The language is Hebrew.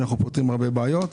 אנחנו פותרים הרבה בעיות.